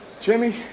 Jimmy